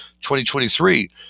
2023